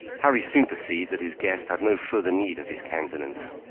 harry soon perceived that his guest had no further need of his countenance,